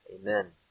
Amen